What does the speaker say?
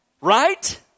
Right